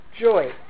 joy